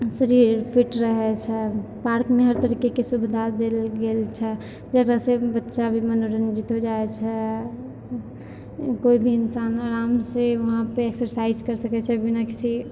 शरीर फिट रहय छै पार्कमे हर तरीकेके सुविधा देल गेल छै ओतऽ जाइसँ बच्चाके भी मनोरञ्जित होइ जाइ छै कोइ भी इंसान आरामसँ वहाँ पर एक्सरसाइज करि सकय छै बिना किसी